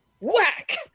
whack